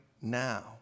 now